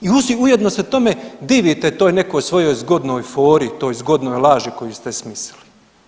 I ujedno se tome divite toj nekoj svojoj zgodnoj fori, toj zgodnoj laži koju ste smislili.